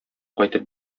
кайтып